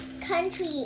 country